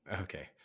Okay